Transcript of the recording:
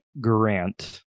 Grant